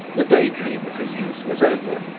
the daydream of his youth was over,